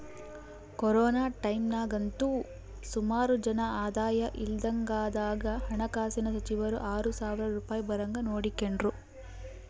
corona ಟೈಮ್ನಾಗಂತೂ ಸುಮಾರು ಜನ ಆದಾಯ ಇಲ್ದಂಗಾದಾಗ ಹಣಕಾಸಿನ ಸಚಿವರು ಆರು ಸಾವ್ರ ರೂಪಾಯ್ ಬರಂಗ್ ನೋಡಿಕೆಂಡ್ರು